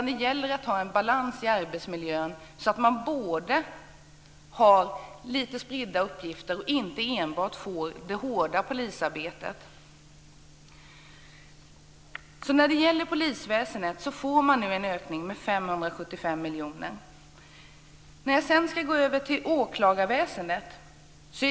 Det gäller att ha en balans i arbetsmiljön, så att man har lite spridda uppgifter och inte enbart får det hårda polisarbetet. När det gäller polisväsendet så får man nu alltså en ökning med 575 miljoner. Sedan ska jag gå över till åklagarväsendet.